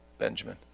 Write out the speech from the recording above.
benjamin